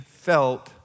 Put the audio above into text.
felt